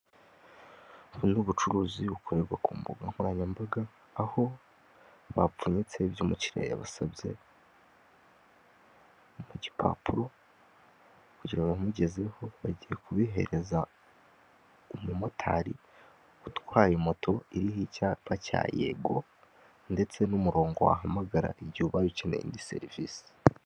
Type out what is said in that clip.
Ubu ni ubucuruzi bukorerwa ku mbugankoranyambaga aho bapfunyitse ibyo umukiriya yabasabye mu gipapuro kugira babimugezeho bagiye kubihereza umumotari utwaye moto iriho icyapa cya yego ndetse n'umurongo wahamagara igihe ubaye ukeneye indi serivise.